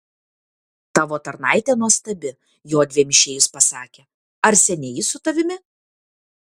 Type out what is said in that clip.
tavo tarnaitė nuostabi jodviem išėjus pasakė ar seniai ji su tavimi